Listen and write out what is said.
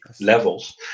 levels